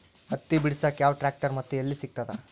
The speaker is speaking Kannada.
ಹತ್ತಿ ಬಿಡಸಕ್ ಯಾವ ಟ್ರ್ಯಾಕ್ಟರ್ ಮತ್ತು ಎಲ್ಲಿ ಸಿಗತದ?